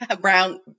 Brown